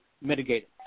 mitigated